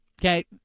okay